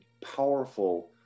powerful